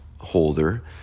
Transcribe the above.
holder